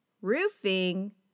roofing